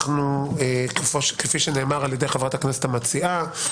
כפי שאמרה חברת הכנסת המציעה,